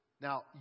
Now